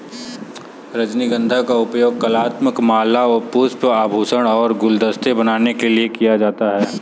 रजनीगंधा का उपयोग कलात्मक माला, पुष्प, आभूषण और गुलदस्ते बनाने के लिए किया जाता है